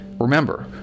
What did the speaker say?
Remember